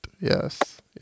Yes